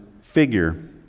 figure